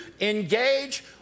engage